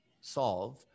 solve